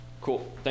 Cool